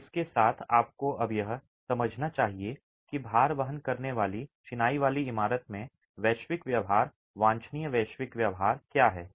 तो इसके साथ आपको अब यह समझना चाहिए कि भार वहन करने वाली चिनाई वाली इमारत में वैश्विक व्यवहार वांछनीय वैश्विक व्यवहार क्या है